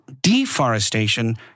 deforestation